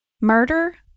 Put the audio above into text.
Murder